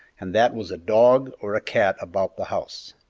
and that was a dog or a cat about the house.